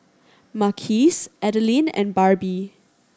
Marquis Adalyn and Barbie